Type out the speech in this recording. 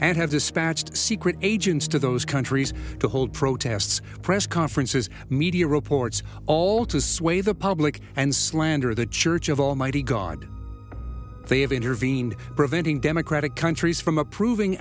and have dispatched secret agents to those countries to hold protests press conferences media reports all to sway the public and slander the church of almighty god they have intervened preventing democratic countries from approving